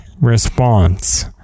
response